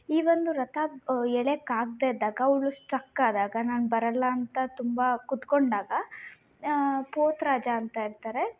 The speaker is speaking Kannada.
ಈ ಒಂದು ರಥ ಎಳೆಯೋಕ್ ಆಗದೇ ಇದ್ದಾಗ ಅವಳು ಸ್ಟ್ರಕ್ ಆದಾಗ ನಾನು ಬರೋಲ್ಲ ಅಂತ ತುಂಬ ಕುತ್ಕೊಂಡಾಗ ಪೋತ ರಾಜ ಅಂತ ಇರ್ತಾರೆ